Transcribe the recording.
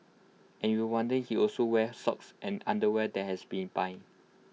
and you're wondering he also wears socks and underwear that has been buy